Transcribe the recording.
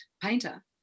painter